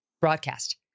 broadcast